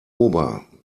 ober